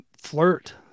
flirt